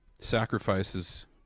sacrifices